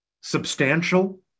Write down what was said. substantial